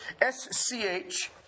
S-C-H